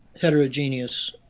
heterogeneous